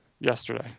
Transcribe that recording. yesterday